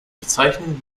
bezeichnung